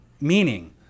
meaning